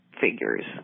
figures